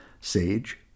Sage